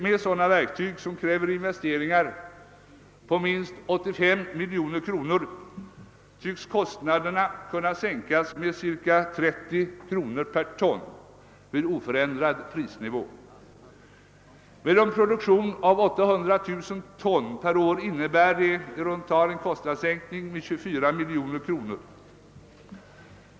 Med sådana verktyg — som kräver investeringar på minst 85 milj.kr. — tycks kostnaderna kunna sänkas med ca 30 kr. per ton vid oförändrad prisnivå. Med en produktion av 800 000 ton per år innebär detta en kostnadssänkning på 24 milj.kr.